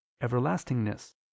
everlastingness